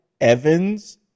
Evans